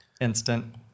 instant